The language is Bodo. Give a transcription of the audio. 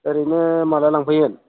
ओरैनो माला लांफैयो